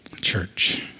Church